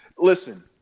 Listen